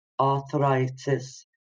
arthritis